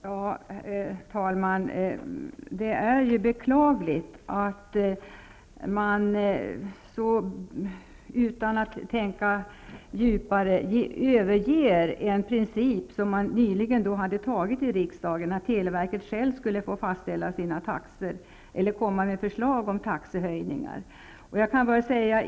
Herr talman! Det är beklagligt att man utan att tänka djupare överger en princip som man nyligen hade fastlagt i riksdagen, nämligen att televerket självt skulle få fastställa sina taxor eller komma med förslag till taxehöjningar.